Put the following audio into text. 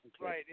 Right